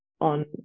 on